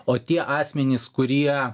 o tie asmenys kurie